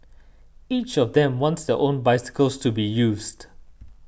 each of them wants their own bicycles to be used